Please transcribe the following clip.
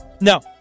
No